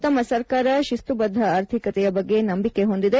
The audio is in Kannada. ತಮ್ಮ ಸರ್ಕಾರ ಸಿಸ್ತುಬದ್ದ ಆರ್ಥಿಕತೆಯ ಬಗ್ಗೆ ನಂಬಿಕೆ ಹೊಂದಿದೆ